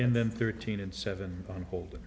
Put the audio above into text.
and then thirteen and seven on hold